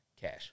cash